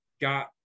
got